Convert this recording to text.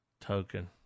token